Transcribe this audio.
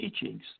teachings